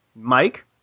Mike